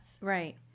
Right